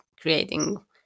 creating